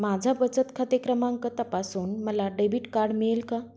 माझा बचत खाते क्रमांक तपासून मला डेबिट कार्ड मिळेल का?